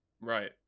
Right